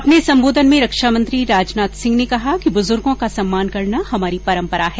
अपने सम्बोधन में रक्षामंत्री राजनाथ सिंह ने कहा कि बुज़ुर्गो का सम्मान करना हमारी परम्परा है